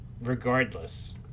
regardless